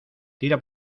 tira